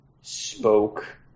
spoke